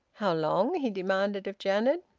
how long? he demanded of janet.